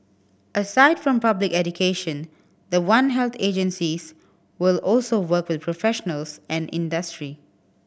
aside from public education the One Health agencies will also work with professionals and industry